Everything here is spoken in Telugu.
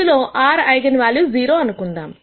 ఇందులో r ఐగన్ వాల్యూస్ 0 అనుకుందాం